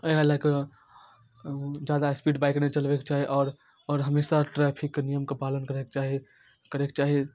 इएह लए कऽ जादा स्पीड बाइक नहि चलाबैके चाही आओर आओर हमेशा ट्रेफिकके नियमके पालन करैके चाही करैके चाही